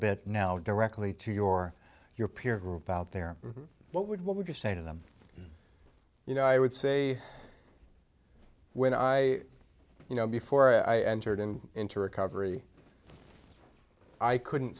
bit now directly to your your peer group out there what would what would you say to them you know i would say when i you know before i entered into recovery i couldn't